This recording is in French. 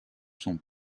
sont